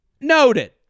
noted